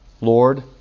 Lord